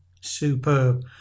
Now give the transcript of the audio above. Superb